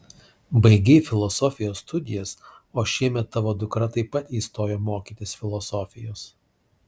baigei filosofijos studijas o šiemet tavo dukra taip pat įstojo mokytis filosofijos